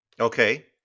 Okay